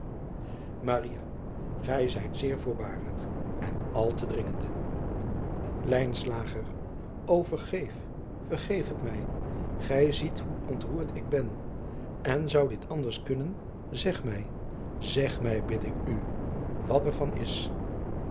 ij zijt zeer voorbarig en al te dringende o ergeef vergeef het mij gij ziet hoe ontroerd ik ben n zou dit anders kunnen zeg mij zeg mij bid ik u wat er van is